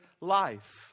life